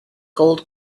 gold